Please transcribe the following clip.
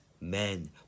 men